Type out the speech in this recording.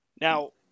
Now